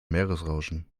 meeresrauschen